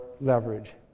leverage